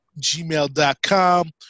gmail.com